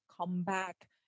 comeback